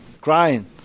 crying